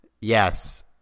Yes